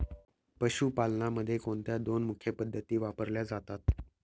पशुपालनामध्ये कोणत्या दोन मुख्य पद्धती वापरल्या जातात?